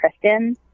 Kristen